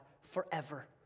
forever